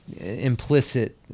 implicit